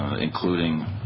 including